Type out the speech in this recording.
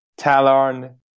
Talarn